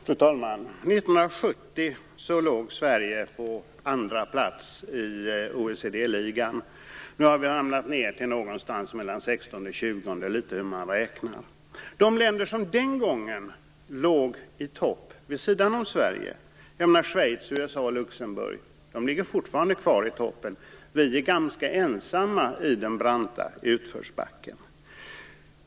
Fru talman! 1970 låg Sverige på andra plats i OECD-ligan. Nu har vi ramlat ned till mellan sextonde och tjugonde plats - det beror litet på hur man räknar. De länder som den gången vid sidan av Sverige låg i topp, dvs. Schweiz, USA och Luxemburg, ligger fortfarande kvar i topp. Vi är ganska ensamma i den branta utförsbacken.